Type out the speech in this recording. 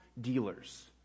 Dealers